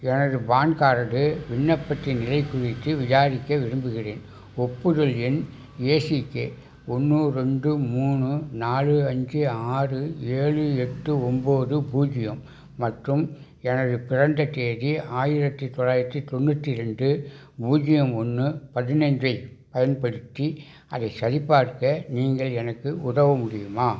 எனது PAN card விண்ணப்பத்தின் நிலைக் குறித்து விசாரிக்க விரும்புகின்றேன் ஒப்புதல் எண் ஏசிகே ஒன்று ரெண்டு மூணு நாலு அஞ்சு ஆறு ஏழு எட்டு ஒன்போது பூஜ்ஜியம் மற்றும் எனது பிறந்த தேதி ஆயிரத்தி தொள்ளாயிரத்தி தொண்ணூற்றி ரெண்டு பூஜ்ஜியம் ஒன்று பதினைஞ்சைப் பயன்படுத்தி அதைச் சரிபார்க்க நீங்கள் எனக்கு உதவ முடியுமா